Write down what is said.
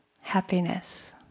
happiness